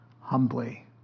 humbly